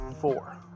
four